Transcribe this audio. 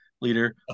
leader